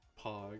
Pog